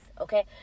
okay